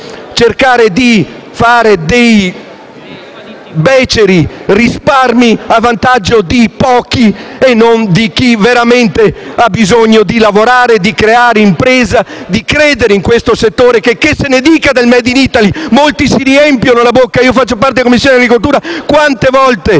cercare di fare beceri risparmi a vantaggio di pochi e non di chi veramente ha bisogno di lavorare, creare impresa e credere in questo settore, checché se ne dica del *made in Italy* di cui molti si riempiono la bocca. Faccio parte della Commissione agricoltura e tante volte